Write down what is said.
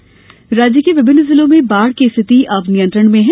बाढ़ स्थिति राज्य के विभिन्न जिलों में बाढ़ की स्थिति अब नियंत्रण में है